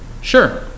Sure